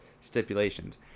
stipulations